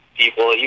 people